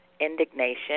indignation